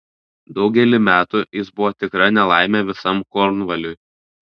daugelį metų jis buvo tikra nelaimė visam kornvaliui